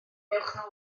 dewch